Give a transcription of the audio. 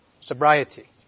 sobriety